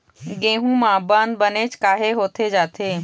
गेहूं म बंद बनेच काहे होथे जाथे?